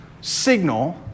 signal